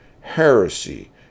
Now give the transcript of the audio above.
heresy